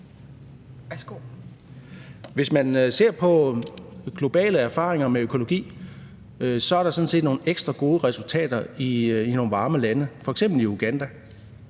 Hvis man ser på globale erfaringer med økologi, er der sådan set nogle ekstra gode resultater i nogle varme lande, f.eks. i Uganda,